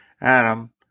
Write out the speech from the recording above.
Adam